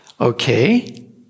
Okay